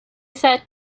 sat